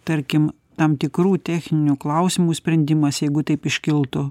tarkim tam tikrų techninių klausimų sprendimas jeigu taip iškiltų